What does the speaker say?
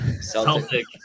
Celtic